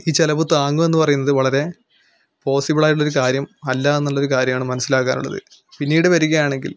ഈ ചിലവ് താങ്ങുമെന്ന് പറയുന്നത് വളരെ പോസിബിൾ ആയിട്ടുള്ള ഒരു കാര്യം അല്ല എന്നുള്ള ഒരു കാര്യമാണ് മനസ്സിലാക്കാനുള്ളത് പിന്നീട് വരികയാണെങ്കിൽ